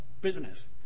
business